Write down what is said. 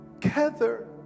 Together